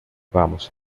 vamos